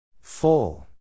Full